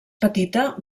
petita